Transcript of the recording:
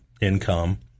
income